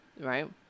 Right